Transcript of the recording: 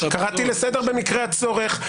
קראתי לסדר במקרה הצורך.